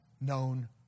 known